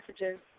messages